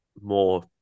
more